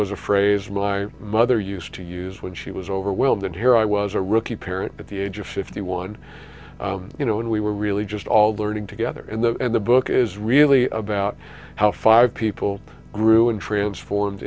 was a phrase my mother used to use when she was overwhelmed and here i was a rookie parent at the age of fifty one you know and we were really just all the learning together in the end the book is really about how five people grew untransformed